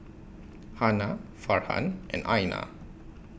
Hana Farhan and Aina